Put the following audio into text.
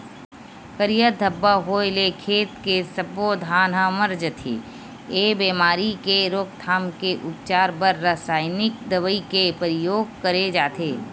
करिया धब्बा होय ले खेत के सब्बो धान ह मर जथे, ए बेमारी के रोकथाम के उपचार बर रसाइनिक दवई के परियोग करे जाथे